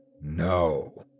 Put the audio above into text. No